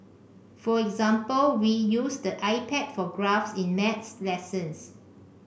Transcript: for example we use the iPad for graphs in maths lessons